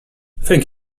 thank